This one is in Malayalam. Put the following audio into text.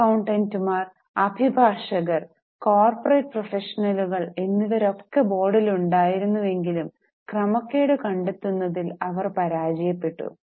അക്കൌണ്ടന്റുമാർ അഭിഭാഷകർ കോർപ്പറേറ്റ് പ്രൊഫഷണലുകൾ എന്നിവരൊക്കെ ബോർഡിലുണ്ടായിരുന്നുവെങ്കിലും ക്രമക്കേട് കണ്ടെത്തുന്നതിൽ അവർ പരാജയപ്പെട്ടു